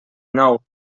nou